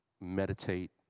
meditate